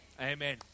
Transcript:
Amen